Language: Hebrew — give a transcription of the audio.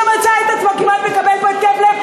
שמצא את עצמו כמעט מקבל פה התקף לב.